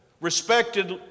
respected